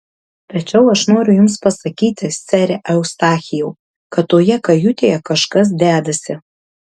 tačiau aš noriu jums pasakyti sere eustachijau kad toje kajutėje kažkas dedasi